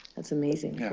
that's amazing. yeah